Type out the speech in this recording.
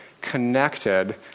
connected